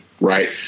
right